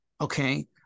okay